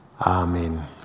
Amen